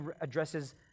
addresses